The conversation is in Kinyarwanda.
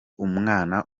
umwana